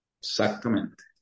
Exactamente